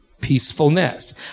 Peacefulness